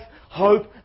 hope